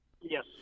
Yes